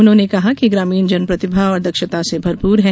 उन्होंने कहा कि ग्रामीण जन प्रतिभा और दक्षता से भरपूर हैं